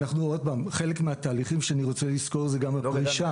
עוד פעם: חלק מהתהליכים שאני רוצה לסקור זו גם הפרישה.